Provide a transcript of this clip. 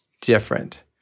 different